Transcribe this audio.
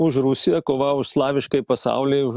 už rusiją kova už slaviškąjį pasaulį už